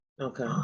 okay